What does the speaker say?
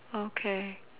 okay